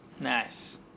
Nice